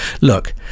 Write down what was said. look